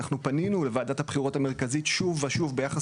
אנחנו פנינו לוועדת הבחירות המרכזית שוב ושוב ביחס